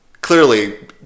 Clearly